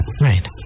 right